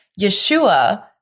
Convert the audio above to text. Yeshua